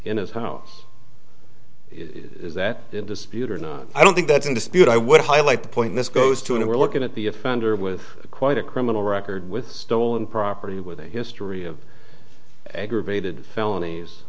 in his house is that in dispute or not i don't think that's in dispute i would highlight the point this goes to and we're looking at the offender with quite a criminal record with stolen property with a history of aggravated felonies